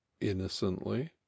innocently